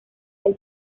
del